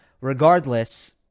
Regardless